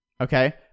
Okay